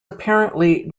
apparently